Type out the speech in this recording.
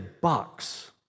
box